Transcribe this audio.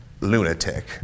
lunatic